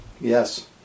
Yes